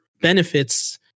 benefits